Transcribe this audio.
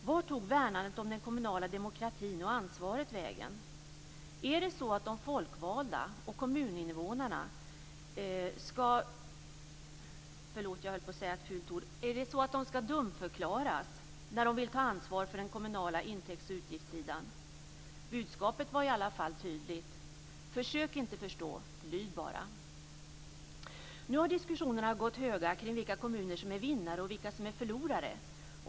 Vart tog värnandet om den kommunala demokratin och ansvaret vägen? Är det så att de folkvalda och kommuninvånarna skall - förlåt, jag höll på att säga ett fult ord - dumförklaras när de vill ta ansvar för de kommunala utgifterna och inkomsterna? Budskapet var i alla fall tydligt: Försök inte förstå, lyd bara! Nu har diskussionerna gått höga kring vilka kommuner som är vinnare och vilka som är förlorare.